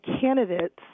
candidates